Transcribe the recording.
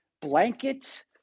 blanket